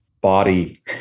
body